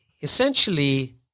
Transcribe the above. essentially